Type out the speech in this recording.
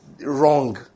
wrong